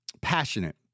passionate